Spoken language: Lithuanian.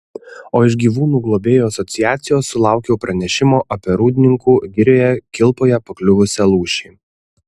o iš gyvūnų globėjų asociacijos sulaukiau pranešimo apie rūdninkų girioje kilpoje pakliuvusią lūšį